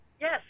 Yes